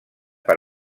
per